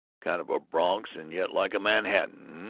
kind of a bronx, and yet like a manhattan.